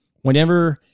Whenever